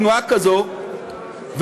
בתנועה כזאת,